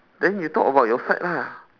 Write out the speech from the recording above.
then you talk about your side lah